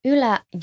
Ylä-